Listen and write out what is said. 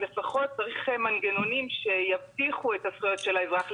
אז לפחות צריך מנגנונים שיבטיחו את הזכויות של האזרח.